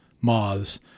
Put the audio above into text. moths